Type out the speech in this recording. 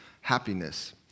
happiness